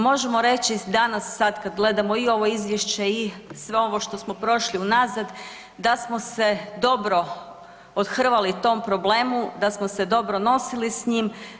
Možemo reći danas, sad kad gledamo i ovo izvješće i sve ovo što smo prošli unazad, da smo se dobro othrvali tom problemu, da smo se dobro nosili s njim.